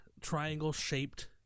triangle-shaped